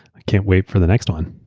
i can't wait for the next one.